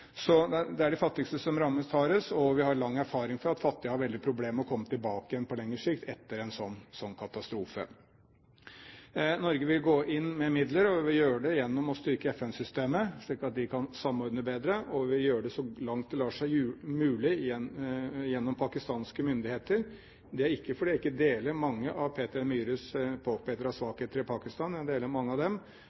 Så det er de fattigste som rammes hardest, og vi har lang erfaring med at fattige har veldige problemer med å komme tilbake igjen på lengre sikt etter en sånn katastrofe. Norge vil gå inn med midler, og vi vil gjøre det gjennom å styrke FN-systemet slik at de kan samordne bedre, og vi vil gjøre det så langt det er mulig gjennom pakistanske myndigheter. Det er ikke fordi jeg ikke deler mange av Peter N. Myhres påpekninger av svakheter i Pakistan – jeg deler mange av dem